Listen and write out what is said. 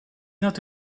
not